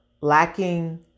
lacking